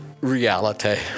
reality